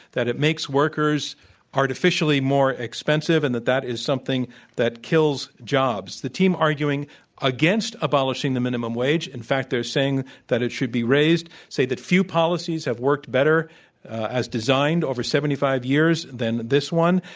that it makes workers artificially more expensive, and that that is something that kills jobs. the team arguing against abolishing the minimum wage in fact, they're saying that it should be raised, say that few policies have worked better as designed, over seventy five years, than this one.